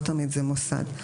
לא תמיד זה מוסד,